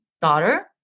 daughter